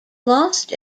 lost